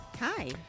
Hi